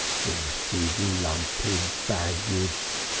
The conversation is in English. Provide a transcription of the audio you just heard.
dratted lumpin baggage.